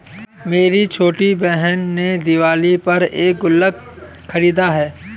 मेरी छोटी बहन ने दिवाली पर एक गुल्लक खरीदा है